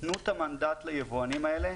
'תנו את המנדט ליבואנים האלה